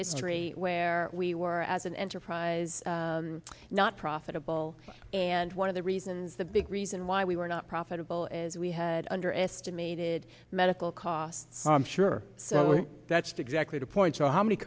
history where we were as an enterprise not profitable and one of the reasons the big reason why we were not profitable is we had underestimated medical costs i'm sure that's exactly the point so how many